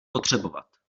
potřebovat